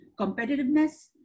competitiveness